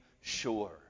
sure